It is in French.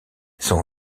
son